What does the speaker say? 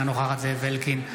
אינה נוכחת זאב אלקין,